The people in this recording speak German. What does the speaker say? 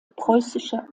preußische